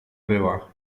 była